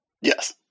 Yes